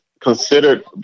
considered